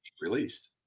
released